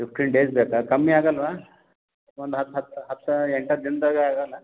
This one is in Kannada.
ಫಿಫ್ಟೀನ್ ಡೇಸ್ ಬೇಕಾ ಕಮ್ಮಿ ಆಗಲ್ಲವಾ ಒಂದು ಹತ್ತು ಹತ್ತು ಹತ್ತು ಎಂಟು ಹತ್ತು ದಿನದಾಗ ಆಗಲ್ವಾ